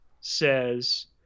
says